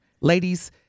ladies